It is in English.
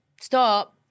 stop